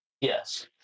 Yes